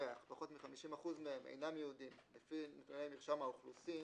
מתושביה אך פחות מ-50% מהם אינם יהודים לפי מרשם האוכלוסין,